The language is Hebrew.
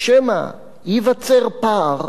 שמא ייווצר פער,